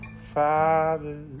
father